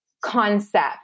concept